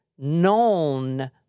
known